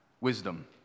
wisdom